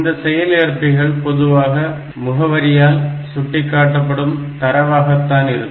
இந்த செயல்ஏற்பி பொதுவாக முகவரியால் சுட்டிக்காட்டப்படும் தரவாகத்தான் இருக்கும்